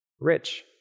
rich